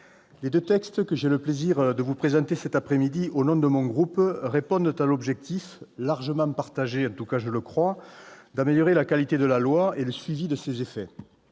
les deux textes que j'ai le plaisir de vous présenter cet après-midi au nom de mon groupe répondent à l'objectif, que je crois largement partagé, d'améliorer la qualité de la loi et le suivi de ses effets.